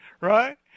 right